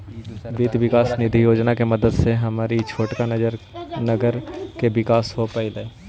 वित्त विकास निधि योजना के मदद से हमर ई छोटका नगर के विकास हो पयलई